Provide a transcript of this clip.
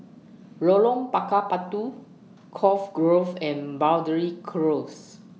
Lorong Bakar Batu Cove Grove and Boundary Close